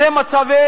אלה מצבי